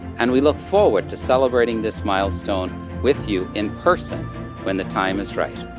and we look forward to celebrating this milestone with you in person when the time is right.